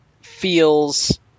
feels